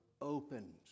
opened